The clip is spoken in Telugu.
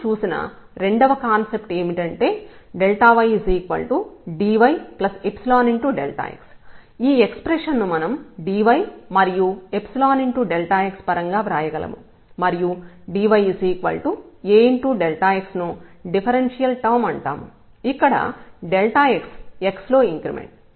మనం చూసిన రెండవ కాన్సెప్ట్ ఏమిటంటే ydyϵx ఈ ఎక్స్ప్రెషన్ ను మనం dy మరియు ϵx పరంగా వ్రాయగలము మరియు dyAΔx ను డిఫరెన్షియల్ టర్మ్ అంటాము ఇక్కడ xx లో ఇంక్రిమెంట్